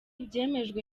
byemejwe